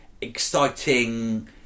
exciting